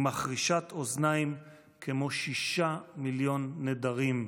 היא מחרישת אוזניים כמו שישה מיליון נדרים,